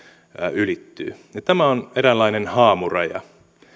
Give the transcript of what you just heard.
ylittyy ja tämä on eräänlainen haamuraja